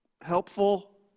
Helpful